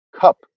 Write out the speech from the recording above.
cup